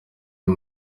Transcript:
uyu